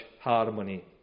harmony